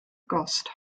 gost